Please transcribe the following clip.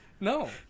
no